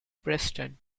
preston